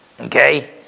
Okay